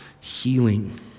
healing